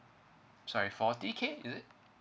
sorry forty K is it